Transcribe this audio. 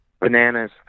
bananas